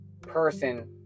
person